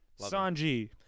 sanji